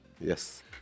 Yes